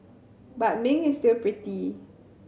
but Ming is still pretty